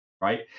right